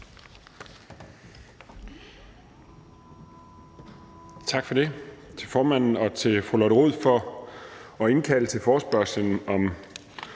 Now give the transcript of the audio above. Tak for det til formanden, og tak til fru Lotte Rod for at indkalde til forespørgslen om